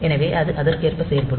எனவே அது அதற்கேற்ப செயல்படும்